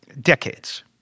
decades